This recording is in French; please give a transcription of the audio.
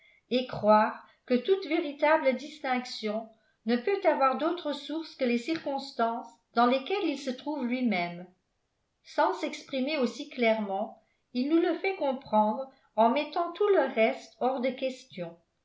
et croire que toute véritable distinction ne peut avoir d'autre source que les circonstances dans lesquelles il se trouve lui-même sans s'exprimer aussi clairement il nous le fait comprendre en mettant tout le reste hors de question